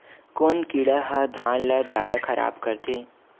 कोन कीड़ा ह धान ल जादा खराब करथे?